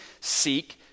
seek